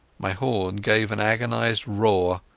my horn gave an agonized roar,